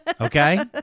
okay